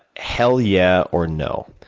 hell yeah, or no.